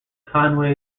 conway